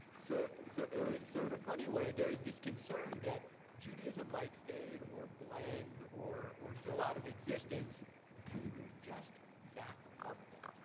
so so so in a funny way, there is this concern that judaism might fade or blend or or go out of existence because we're just that lovable.